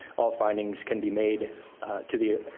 all findings can be made to the,